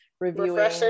reviewing